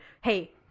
hey